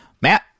Matt